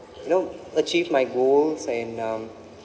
you know achieve my goals and um